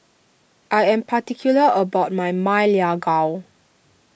I am particular about my Ma Lai Gao